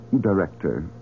Director